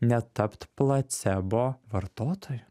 netapt placebo vartotoju